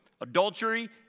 Adultery